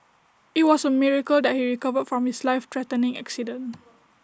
IT was A miracle that he recovered from his life threatening accident